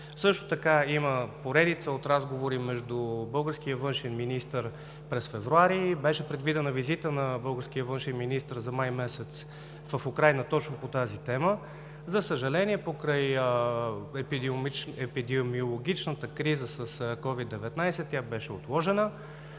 Също така има поредица от разговори на българския външен министър през февруари. Беше предвидена визита на българския външен министър за месец май в Украйна точно по тази тема. За съжаление, покрай епидемиологичната криза с COVID-19, тя беше отложена,